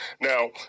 Now